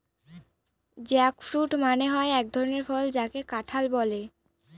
jackfruit মানে হয় এক ধরনের ফল যাকে কাঁঠাল বলে